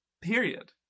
Period